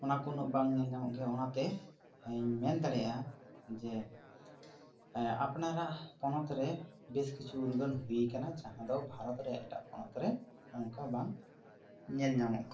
ᱚᱱᱟ ᱠᱚᱱᱟᱹᱜ ᱵᱟᱝ ᱧᱮᱞ ᱧᱟᱢᱚᱜ ᱜᱮᱭᱟ ᱚᱱᱟᱛᱮ ᱢᱮᱱ ᱫᱟᱲᱮᱭᱟᱜᱼᱟ ᱡᱮ ᱟᱯᱱᱟᱨᱟᱜ ᱯᱚᱱᱚᱛ ᱨᱮ ᱵᱮᱥ ᱠᱤᱪᱷᱩ ᱩᱨᱜᱟᱹᱱ ᱦᱩᱭ ᱟᱠᱟᱱᱟ ᱡᱟᱦᱟᱸ ᱫᱚ ᱵᱷᱟᱨᱚᱛ ᱨᱮ ᱮᱴᱟᱜ ᱯᱚᱱᱚᱛ ᱨᱮ ᱚᱱᱠᱟ ᱵᱟᱝ ᱧᱮᱞ ᱧᱟᱢᱚᱜ ᱠᱟᱱᱟ